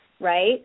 right